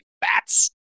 bats